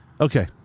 Okay